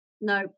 no